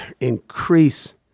increase